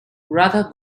radha